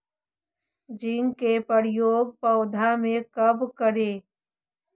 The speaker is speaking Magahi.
जिंक के प्रयोग पौधा मे कब करे?